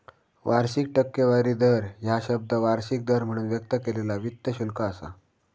वार्षिक टक्केवारी दर ह्या शब्द वार्षिक दर म्हणून व्यक्त केलेला वित्त शुल्क असा